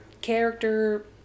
Character